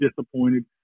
disappointed